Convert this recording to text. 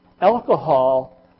Alcohol